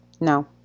No